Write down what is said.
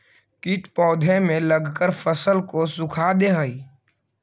कीट पौधे में लगकर फसल को सुखा दे हई